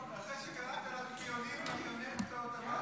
אחרי שקראת לנו פיונים, מריונטות,